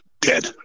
Dead